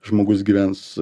žmogus gyvens